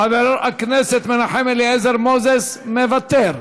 חבר הכנסת מנחם אליעזר מוזס, מוותר,